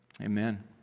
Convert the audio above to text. amen